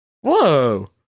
whoa